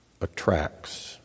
attracts